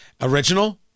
original